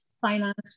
finance